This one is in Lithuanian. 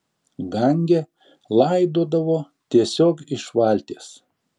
gange laidodavo tiesiog iš valties